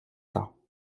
temps